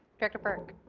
director burke.